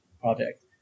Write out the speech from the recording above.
project